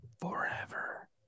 forever